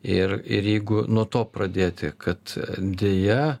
ir ir jeigu nuo to pradėti kad deja